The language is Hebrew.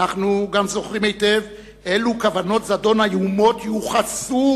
ואנחנו גם זוכרים היטב אילו כוונות זדון איומות יוחסו,